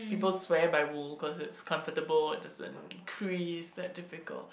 people swear by wool cause it's comfortable it doesn't crease that difficult